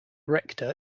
rector